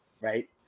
right